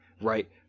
right